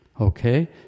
Okay